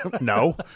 No